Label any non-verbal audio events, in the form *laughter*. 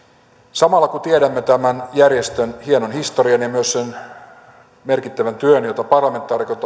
samalla kun tiedämme tämän järjestön hienon historian ja myös sen merkittävän työn jota parlamentaarikot *unintelligible*